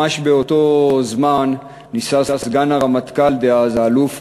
ממש באותו זמן ניסה סגן הרמטכ"ל דאז האלוף